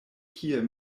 kie